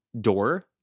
door